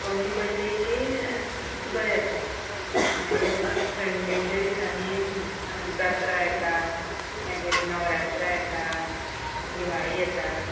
कमी पडली की बरें आसा मागीर थंडेच्या दिसांनी जात्रा येता मागीर नवरात्रा येता दिवाळी येता